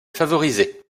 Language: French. favorisée